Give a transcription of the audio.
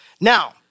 Now